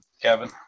Kevin